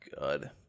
God